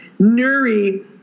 Nuri